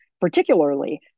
particularly